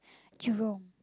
Jurong